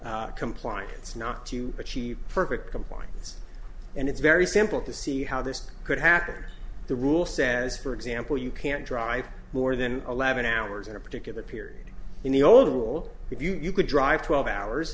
compliance not to achieve perfect compliance and it's very simple to see how this could happen the rule says for example you can't drive more than eleven hours in a particular period in the old rule if you could drive twelve hours